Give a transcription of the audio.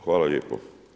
Hvala lijepo.